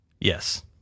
Yes